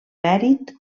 mèrit